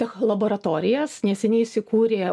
tech laboratorijas neseniai įsikūrė